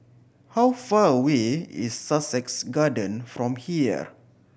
how far away is Sussex Garden from here